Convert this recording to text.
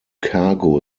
cargo